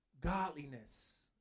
Godliness